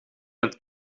met